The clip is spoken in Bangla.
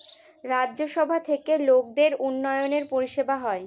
রাজ্য সভা থেকে লোকদের উন্নয়নের পরিষেবা হয়